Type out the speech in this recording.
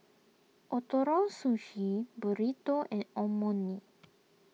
Ootoro Sushi Burrito and